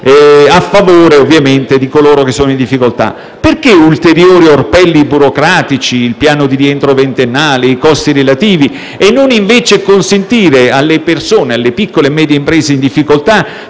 a favore, ovviamente, di coloro che sono in difficoltà? Perché ulteriori orpelli burocratici, il piano di rientro ventennale e i costi relativi, e non invece consentire alle persone e alle piccole e medie imprese in difficoltà